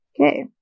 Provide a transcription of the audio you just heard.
Okay